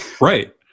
right